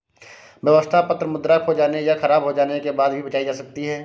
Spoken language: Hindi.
व्यवस्था पत्र मुद्रा खो जाने या ख़राब हो जाने के बाद भी बचाई जा सकती है